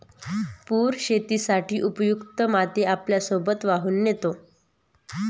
पूर शेतीसाठी उपयुक्त माती आपल्यासोबत वाहून नेतो